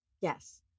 Yes